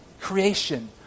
creation